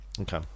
Okay